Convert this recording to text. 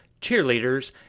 cheerleaders